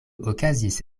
okazis